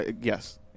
yes